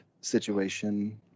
situation